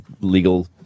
legal